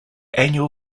annual